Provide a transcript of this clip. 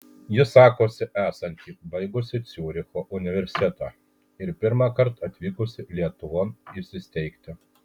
ji sakosi esanti baigusi ciuricho universitetą ir pirmąkart atvykusi lietuvon įsisteigti